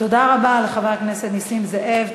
תודה רבה לחבר הכנסת נסים זאב.